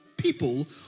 people